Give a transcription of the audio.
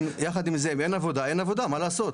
יחד עם זה, אם אין עבודה, אין עבודה, מה לעשות?